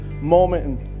moment